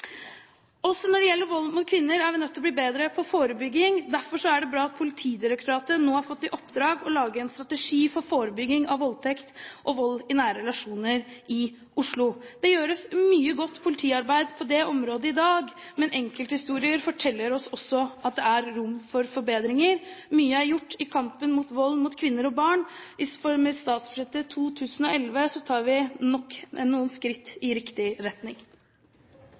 er vi nødt til å bli bedre på forebygging. Derfor er det bra at Politidirektoratet nå har fått i oppdrag å lage en strategi for forebygging av voldtekt og vold i nære relasjoner i Oslo. Det gjøres mye godt politiarbeid på det området i dag, men enkelthistorier forteller oss også at det er rom for forbedringer. Mye er gjort i kampen mot vold mot kvinner og barn. Med statsbudsjettet 2011 tar vi noen flere skritt i riktig retning.